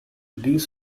these